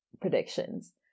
predictions